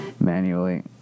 Manually